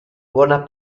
buona